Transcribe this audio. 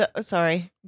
Sorry